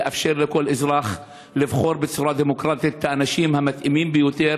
לאפשר לכל אזרח לבחור בצורה דמוקרטית את האנשים המתאימים ביותר,